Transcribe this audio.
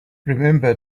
remember